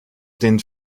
den